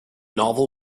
novel